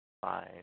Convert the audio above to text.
five